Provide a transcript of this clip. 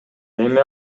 эми